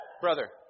Brother